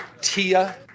Tia